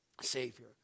Savior